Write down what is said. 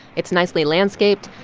it's nicely landscaped.